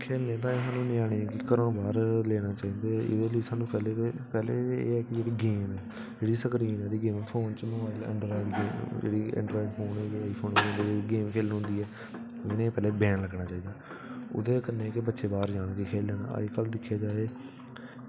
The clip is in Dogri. ते खेल्लने ताहीं सानू ञ्यानें गी घरा बाहर लेना चाहिदा की एह् सानूं पैह्लें गै एह् जेह्ड़ी गेम ऐ ते एह् स्क्रीन जेह्ड़ी ऐ एंड्रायड फोन जेह्ड़ी ऐ इंदे पर गेम खेल्लनी होंदी ऐ इंदे पर पैह्लें बैन लग्गना चाहिदा ते ओह्दे कन्नै बच्चे बाहर जान खेल्लने गी ओह्दे कन्नै बच्चें गी